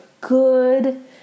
good